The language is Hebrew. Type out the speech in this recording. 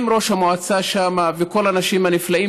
עם ראש המועצה שם וכל האנשים הנפלאים